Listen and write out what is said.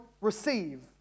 receive